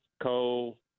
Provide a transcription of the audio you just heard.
coal